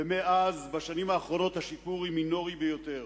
ומאז, בשנים האחרונות, השיפור הוא מינורי ביותר.